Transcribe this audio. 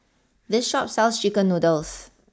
this Shop sells Chicken Noodles